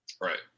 right